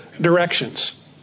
directions